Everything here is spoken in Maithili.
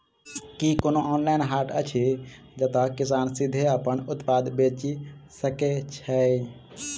की कोनो ऑनलाइन हाट अछि जतह किसान सीधे अप्पन उत्पाद बेचि सके छै?